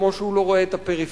כמו שהוא לא רואה את הפריפריה,